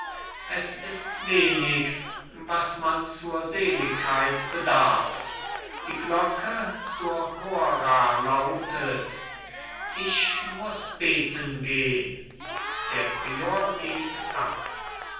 es ist wenig was man zur seligkeit bedarf die glocke zur hora lautet ich muß beten gehn der prior geht ab